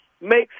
makes